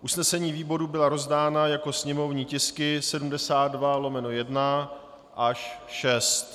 Usnesení výboru byla rozdána jako sněmovní tisky 72/1 až 6.